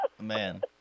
Man